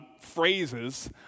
phrases